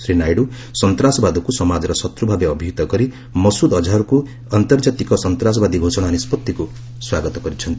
ଶ୍ରୀ ନାଇଡୁ ସନ୍ତାସବାଦକୁ ସମାଜର ଶତ୍ର ଭାବେ ଅବିହିତ କରି ମସ୍ତୁଦ ଅଜ୍ଞହରକୁ ଆନ୍ତର୍ଜାତିକ ସନ୍ତାସବାଦୀ ଘୋଷଣା ନିଷ୍ପଭିକୁ ସ୍ୱାଗତ କରିଛନ୍ତି